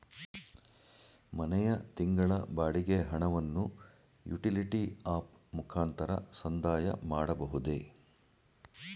ಮನೆಯ ತಿಂಗಳ ಬಾಡಿಗೆ ಹಣವನ್ನು ಯುಟಿಲಿಟಿ ಆಪ್ ಮುಖಾಂತರ ಸಂದಾಯ ಮಾಡಬಹುದೇ?